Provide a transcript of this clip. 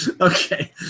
Okay